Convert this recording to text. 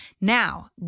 Now